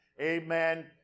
amen